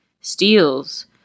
Steals